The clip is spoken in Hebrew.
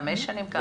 חמש שנים?